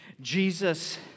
Jesus